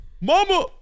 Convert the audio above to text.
Mama